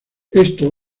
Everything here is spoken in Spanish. esto